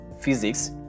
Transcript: physics